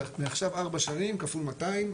ועכשיו ארבע שנים כפול 200,